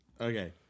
Okay